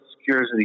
Security